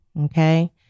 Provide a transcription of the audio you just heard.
Okay